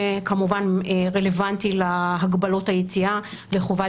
שכמובן רלוונטי להגבלות היציאה וחובת